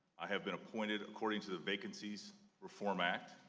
i have been appointed according to the vacancies reform act,